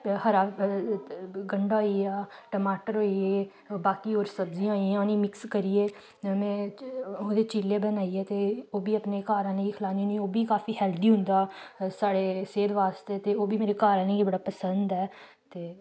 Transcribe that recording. हरा गंढा होई गेआ टमाटर होई गे बाकी होर सब्जियां होई गेइयां उ'नेंगी मिक्स करियै में ओह्दे चिल्ले बनाइयै ते ओह् बी अपने घर आह्लें गी खलान्नी होन्नी ओह् बी काफी हैल्दी होंदा साढ़े सेह्त बास्ते ते ओह् बी मेरे घर आह्लें गी बड़ा पसंद ऐ ते